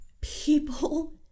people